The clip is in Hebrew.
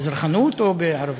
במזרחנות או בערבית?